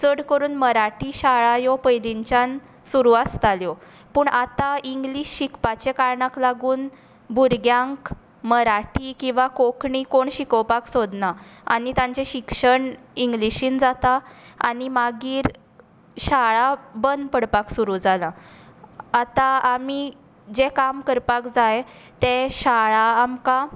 चड करून मराठी शाळा ह्यो पयलींच्यान सुरू आसताल्यो पूण आतां इंग्लीश शिकपाचें कारणाक लागून भुरग्यांक मराठी किंवां कोंकणी कोण शिकोवपाक सोदनात आनी तांचें शिक्षण इंग्लिशींत जाता आनी मागीर शाळा बंद पडपाक सुरू जालां आतां आमी जें काम करपाक जाय तें शाळा आमकां